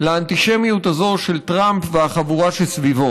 לאנטישמיות הזאת של טראמפ והחבורה שסביבו.